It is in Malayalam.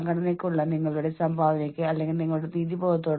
സമ്മർദ്ദം മറ്റൊന്നുമല്ല നിങ്ങൾ സ്വയം നിങ്ങളിലേക്ക് ഏറ്റെടുക്കുന്നതാണ്